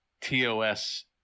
TOS